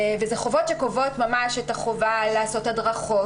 ואלה חובות שקובעות ממש את החובה לעשות הדרכות,